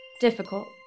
difficult